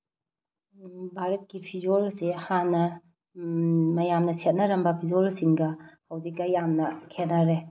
ꯚꯥꯔꯠꯀꯤ ꯐꯤꯖꯣꯜꯁꯦ ꯍꯥꯟꯅ ꯃꯌꯥꯝꯅ ꯁꯦꯠꯅꯔꯝꯕ ꯐꯤꯖꯣꯜꯁꯤꯡꯒ ꯍꯧꯖꯤꯛꯀ ꯌꯥꯝꯅ ꯈꯦꯠꯅꯔꯦ